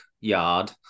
yard